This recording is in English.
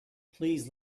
please